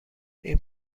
این